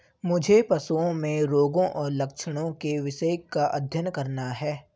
मुझे पशुओं में रोगों और लक्षणों के विषय का अध्ययन करना है